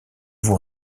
vous